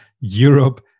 Europe